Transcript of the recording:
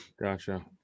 Gotcha